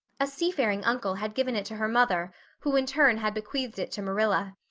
a seafaring uncle had given it to her mother who in turn had bequeathed it to marilla.